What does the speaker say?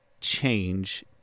Change